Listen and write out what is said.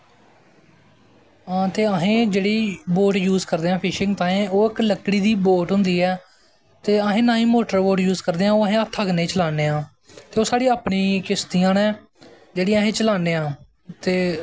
ते हां असें जेह्ड़ी बोट यूज करदे आं फिशिंग ताईं ओह् इक लकड़ी दी बोट होंदी ऐ ते असें नां ही मोटर बोट यूज करदे आं ओह् असें हत्था कन्नै चलान्ने आं ते ओह् साढ़ी अपनी किश्तियां न जेह्ड़ियां अस चलान्ने आं ते